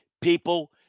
People